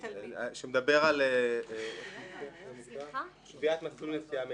הקודם שמדבר על קביעת מסלול נסיעה מיטבי.